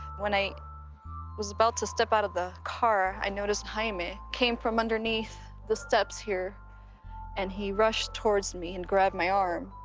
when i was about to step out of the car, i noticed jaime came from underneath the steps here and he rushed towards me and grabbed my arm.